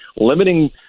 limiting